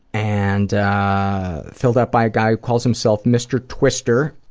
and ah filled out by a guy who calls himself mister twister.